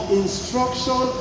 instruction